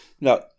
Now